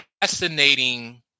fascinating